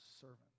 servant